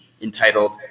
entitled